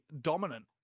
dominant